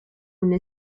una